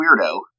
weirdo